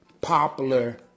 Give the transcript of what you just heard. popular